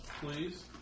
please